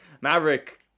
Maverick